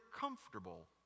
comfortable